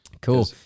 Cool